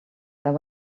there